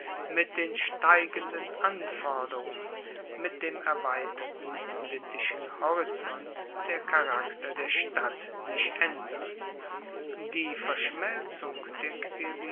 mit den steigenden anforderungen mit dem erweiterten politischen horizont der charakter der stadt sich aendern die verschmelzung der